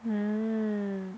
mm